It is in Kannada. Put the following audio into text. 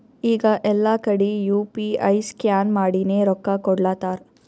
ಈಗ ಎಲ್ಲಾ ಕಡಿ ಯು ಪಿ ಐ ಸ್ಕ್ಯಾನ್ ಮಾಡಿನೇ ರೊಕ್ಕಾ ಕೊಡ್ಲಾತಾರ್